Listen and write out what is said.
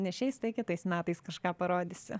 ne šiais tai kitais metais kažką parodysi